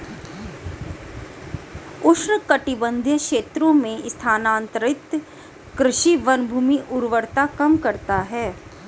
उष्णकटिबंधीय क्षेत्रों में स्थानांतरित कृषि वनभूमि उर्वरता कम करता है